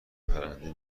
پرنده